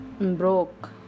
Broke